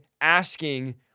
Asking